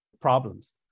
problems